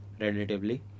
Relatively